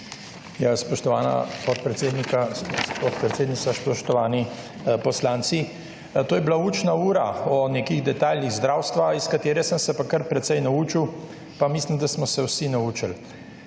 Ja, spoštovana podpredsednica. Spoštovani poslanci. To je bila učna ura o nekih detajlih zdravstva iz katere sem se pa kar precej naučil, pa mislim, da smo se vsi naučili.